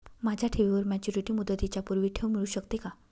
माझ्या ठेवीवर मॅच्युरिटी मुदतीच्या पूर्वी ठेव मिळू शकते का?